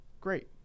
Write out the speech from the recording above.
Great